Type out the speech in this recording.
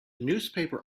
newspaper